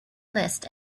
list